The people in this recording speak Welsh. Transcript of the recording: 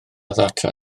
ddata